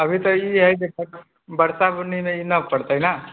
अभी तऽ ई है जे बरसा बुनीमे ई नहि फरतै ने